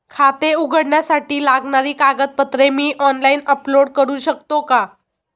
खाते उघडण्यासाठी लागणारी कागदपत्रे मी ऑनलाइन अपलोड करू शकतो का?